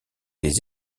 des